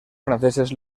franceses